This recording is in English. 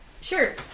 Sure